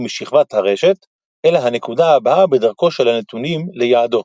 משכבת הרשת אל הנקודה הבאה בדרכו של הנתונים ליעדו.